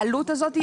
העלות הזאת,